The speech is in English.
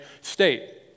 state